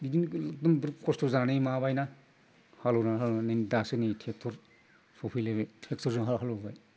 बिदिनो जों बिराद खस्थ' जानानै माबाबायना हालएवनानै हालएवनानै दासो नै ट्रेक्टर सफैलायबाय ट्रेक्टर जों हालएवबाय